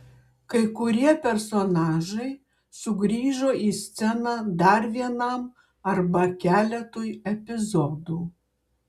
kai kurie personažai sugrįžo į sceną dar vienam arba keletui epizodų